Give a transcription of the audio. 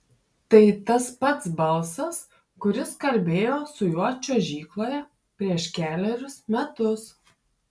tai tas pats balsas kuris kalbėjo su juo čiuožykloje prieš kelerius metus